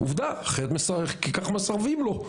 עובדה כי ככה מסרבים לו.